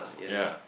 ya